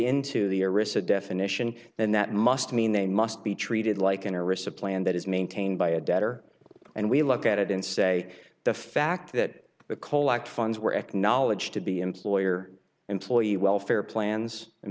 into the arista definition then that must mean they must be treated like interests of plan that is maintained by a debtor and we look at it and say the fact that the colac funds were acknowledged to be employer employee welfare plans and